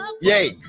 Yay